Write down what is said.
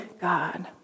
God